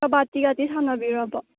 ꯀꯕꯥꯗꯤꯒꯗꯤ ꯁꯥꯟꯅꯕꯤꯔꯕꯣ